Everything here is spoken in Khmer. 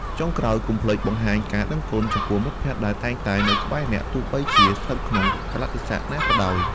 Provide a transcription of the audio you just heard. ចុងក្រោយ កុំភ្លេច បង្ហាញការដឹងគុណ ចំពោះមិត្តភក្តិដែលតែងតែនៅក្បែរអ្នក ទោះបីជាស្ថិតក្នុងកាលៈទេសៈណាក៏ដោយ។